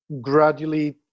gradually